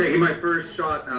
ah my first shot,